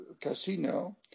casino